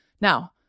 Now